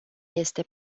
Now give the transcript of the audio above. este